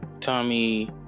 Tommy